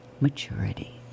maturity